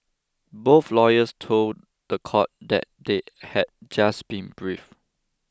both lawyers told the court that they had just been briefed